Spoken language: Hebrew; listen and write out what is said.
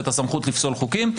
את הסמכות לפסול חוקים.